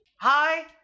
Hi